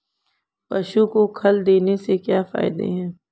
पशु को खल देने से क्या फायदे हैं?